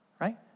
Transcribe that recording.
right